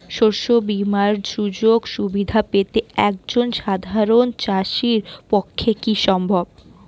শস্য বীমার সুযোগ সুবিধা পেতে একজন সাধারন চাষির পক্ষে কি সম্ভব?